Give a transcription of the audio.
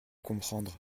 comprendre